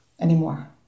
anymore